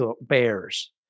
bears